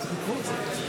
אני צריך לקרוא אותו.